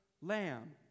lamb